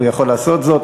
הוא יכול לעשות זאת.